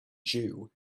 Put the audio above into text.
jew